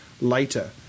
later